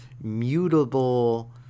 mutable